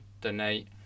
donate